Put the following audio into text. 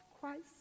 Christ